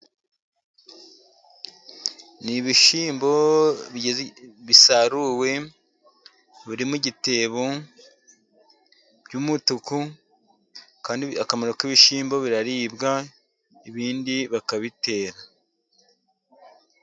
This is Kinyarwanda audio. Ni ibishyimbo bisaruwe biri mu igitebo by'umutuku kandi akamaro k'ibishyimbo biraribwa ibindi bakabitera.